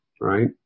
right